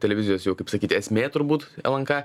televizijos jau kaip sakyt esmė turbūt lnk